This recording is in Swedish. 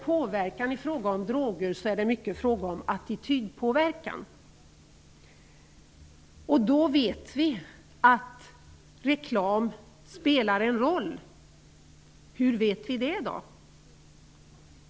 Påverkan i fråga om droger är i mycket en fråga om attitydpåverkan, och då vet vi att reklam spelar en roll. Hur vet vi det då?